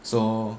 so